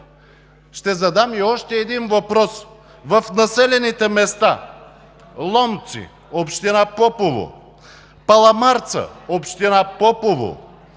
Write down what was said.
Ще задам и още един въпрос. В населените места Ломци – община Попово, Паламарца – община Попово,